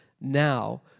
now